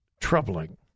troubling